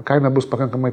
kaina bus pakankamai